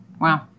Wow